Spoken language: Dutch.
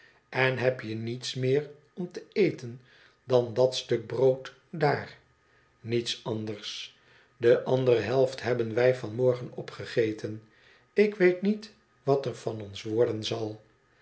en heb je niets meer om te eten dan dat stuk brood daar niets anders de andere helft hebbon wij van morgen opgegeten ik weet niet wat er van ons worden zal